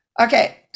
okay